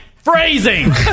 Phrasing